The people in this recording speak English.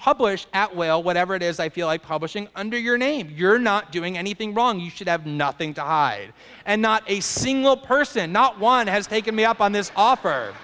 publish out well whatever it is i feel like publishing under your name you're not doing anything wrong you should have nothing to hide and not a single person not one has taken me up on this offer